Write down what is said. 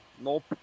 Nope